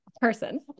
person